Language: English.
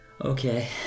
Okay